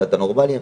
אתה נורמלי,